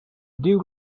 new